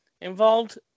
involved